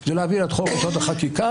זה להעביר את חוק-יסוד: החקיקה.